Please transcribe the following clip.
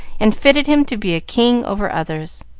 and fitted him to be a king over others.